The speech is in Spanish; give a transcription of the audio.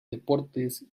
deportes